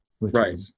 Right